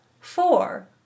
Four